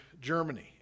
Germany